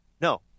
no